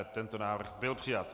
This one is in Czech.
Tento návrh byl přijat.